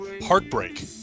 heartbreak